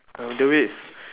uh do we